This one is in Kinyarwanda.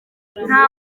nta